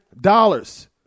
dollars